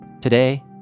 Today